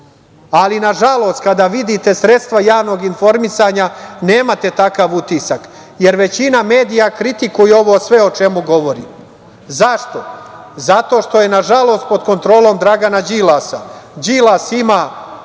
na žalost, kada vidite sredstva javnog informisanja, nemate takav utisak, jer većina medija kritikuje sve ovo o čemu govorim. Zašto? Zato što je na žalost pod kontrolom Dragana Đilasa, i Đilas ima